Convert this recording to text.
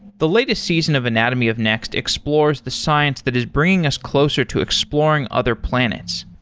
the latest season of anatomy of next explores the science that is bringing us closer to exploring other planets.